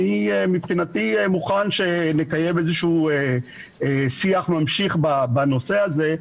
אני מוכן שנקיים איזשהו שיח ממשיך בנושא הזה,